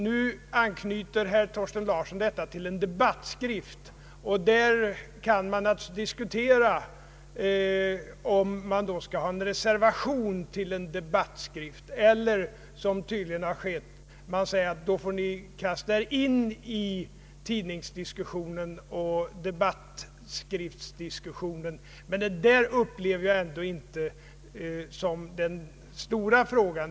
Nu anknyter herr Thorsten Larsson detta till en debattskrift, och det kan naturligtvis diskuteras om man skall kunna avge en reservation till en debattskrift eller om det skall — som tydligen har skett — sägas att man får kasta sig in i tidningsdiskussionen och debattskriftsdiskussionen. Men = detta upplever jag ändå inte som den stora frågan.